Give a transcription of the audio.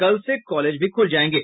कल से कॉलेज भी खुल जायेंगे